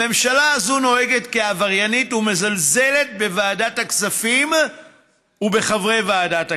הממשלה הזאת נוהגת כעבריינית ומזלזלת בוועדת הכספים ובחברי ועדת הכספים.